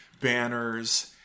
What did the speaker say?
banners